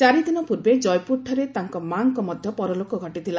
ଚାରି ଦିନ ପୂର୍ବେ ଜୟପୁରଠାରେ ତାଙ୍କ ମା'ଙ୍କ ମଧ୍ୟ ପରଲୋକ ଘଟିଥିଲା